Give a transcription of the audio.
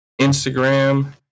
Instagram